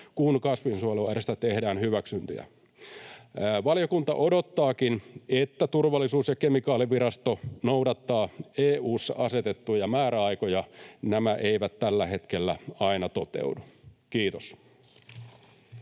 kun kasvinsuojeluaineista tehdään hyväksyntiä. Valiokunta odottaakin, että Turvallisuus- ja kemikaalivirasto noudattaa EU:ssa asetettuja määräaikoja. Nämä eivät tällä hetkellä aina toteudu. — Kiitos.